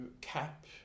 Cap